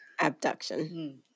Abduction